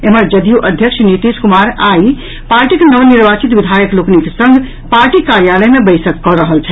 एम्हर जदयू अध्यक्ष नीतीश कुमार आई पार्टीक नवनिर्वाचित विधायक लोकनिक संग पार्टी कार्यालय मे बैसक कऽ रहल अछि